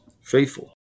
faithful